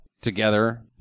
together